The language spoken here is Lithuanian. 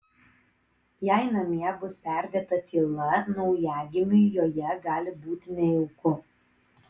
jei namie bus perdėta tyla naujagimiui joje gali būti nejauku